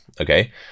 Okay